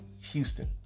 Houston